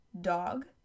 Dog